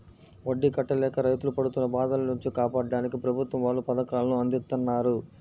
వడ్డీ కట్టలేక రైతులు పడుతున్న బాధల నుంచి కాపాడ్డానికి ప్రభుత్వం వాళ్ళు పథకాలను అందిత్తన్నారు